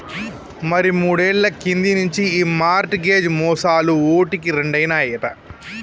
మరి మూడేళ్ల కింది నుంచి ఈ మార్ట్ గేజ్ మోసాలు ఓటికి రెండైనాయట